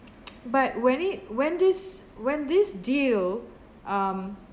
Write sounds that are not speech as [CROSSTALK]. [NOISE] but when it when this when this deal um